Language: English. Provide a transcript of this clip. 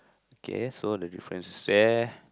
okay so the difference is there